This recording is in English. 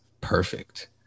perfect